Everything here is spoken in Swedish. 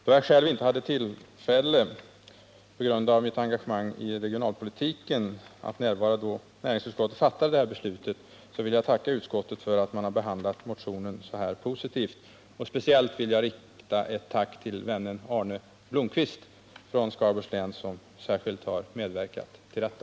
Då jag på grund av mitt engagemang i regionalpolitiken inte hade tillfälle att närvara då näringsutskottet fattade det här beslutet, vill jag tacka utskottet för att man behandlat motionen så här positivt. Speciellt vill jag rikta ett tack till vännen Arne Blomkvist, som särskilt har medverkat till detta.